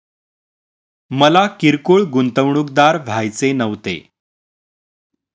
मला किरकोळ गुंतवणूकदार व्हायचे नव्हते